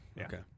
Okay